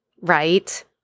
Right